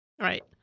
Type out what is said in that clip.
right